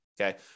okay